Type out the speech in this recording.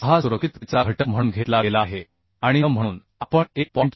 6 सुरक्षिततेचा घटक म्हणून घेतला गेला आहे आणि n म्हणून आपण 1